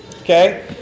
Okay